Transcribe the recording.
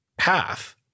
Half